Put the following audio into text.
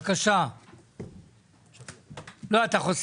אתם מתכוונים להוריד את זה מסדר היום?